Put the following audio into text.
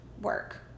work